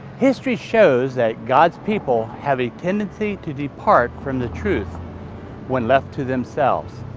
history shows that god's people have a tendency to depart from the truth when left to themselves.